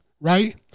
right